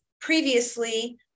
previously